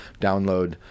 download